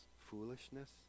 foolishness